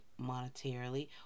monetarily